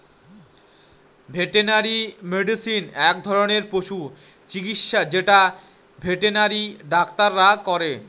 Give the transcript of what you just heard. veterinary medicine এক ধরনের পশু চিকিৎসা যেটা ভেটেনারি ডাক্তাররা করে